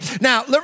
Now